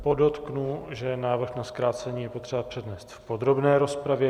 Podotknu, že návrh na zkrácení je potřeba přednést v podrobné rozpravě.